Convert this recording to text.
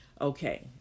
Okay